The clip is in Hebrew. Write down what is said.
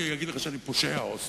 עד שבא אובמה.